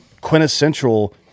quintessential